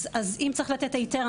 אז אם צריך לתת היתר,